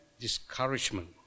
discouragement